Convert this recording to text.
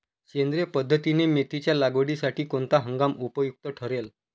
सेंद्रिय पद्धतीने मेथीच्या लागवडीसाठी कोणता हंगाम उपयुक्त ठरेल?